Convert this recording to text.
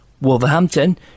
Wolverhampton